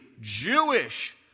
Jewish